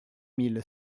mille